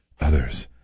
Others